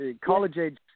college-age